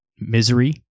misery